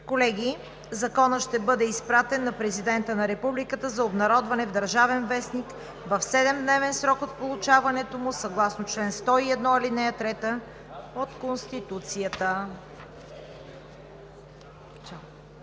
Колеги, Законът ще бъде изпратен на Президента на Републиката за обнародване в „Държавен вестник“ в 7-дневен срок от получаването му съгласно чл. 101, ал. 3 от Конституцията.